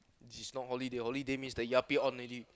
is not holiday holiday means the yuppie on already